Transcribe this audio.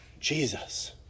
Jesus